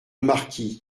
marquis